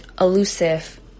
elusive